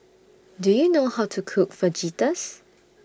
Do YOU know How to Cook Fajitas